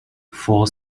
four